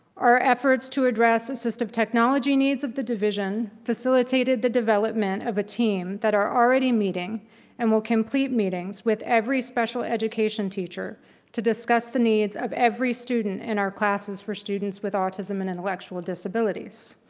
our efforts to address assistive technology needs of the division facilitated the development of a team that are already meeting and will complete meetings with every special education teacher to discuss the needs of every student in our classes for students with autism and intellectual disabilities.